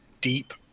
deep